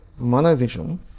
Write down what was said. monovision